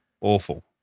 Awful